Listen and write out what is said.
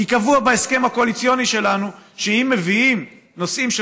כי קבוע בהסכם הקואליציוני שלנו שאם מביאים נושאים של